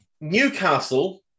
Newcastle